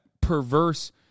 perverse